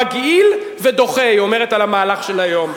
מגעיל ודוחה, היא אומרת על המהלך של היום.